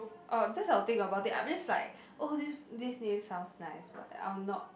orh that's I'll think about I'm just like oh this this name sounds nice but I'll not